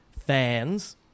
fans